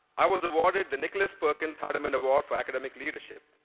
i was awarded the nicholas perkins hardeman award for academic leadership,